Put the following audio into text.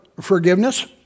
forgiveness